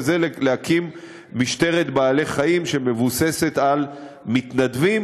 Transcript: וזה להקים משטרת בעלי-חיים שמבוססת על מתנדבים